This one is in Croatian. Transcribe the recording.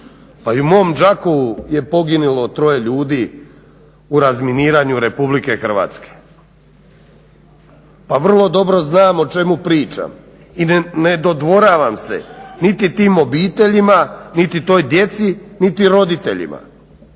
pa i u mom Đakovu je poginulo troje ljudi u razminiranju RH. A vrlo dobro znam o čemu pričam i ne dodvoravam se niti tim obiteljima niti toj djeci niti roditeljima.